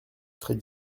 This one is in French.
très